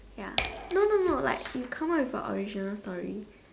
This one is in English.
ya no no no like you come up with a original story